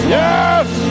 yes